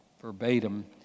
verbatim